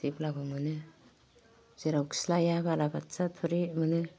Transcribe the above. जेब्लाबो मोनो जेरावखि लायया बालाबाथिया थुरि मोनो